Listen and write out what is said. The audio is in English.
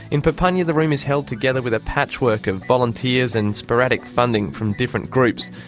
in papunya the room is held together with a patchwork of volunteers and sporadic funding from different groups.